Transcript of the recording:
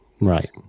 Right